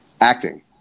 acting